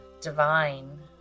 divine